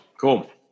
Cool